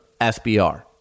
SBR